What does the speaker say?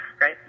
right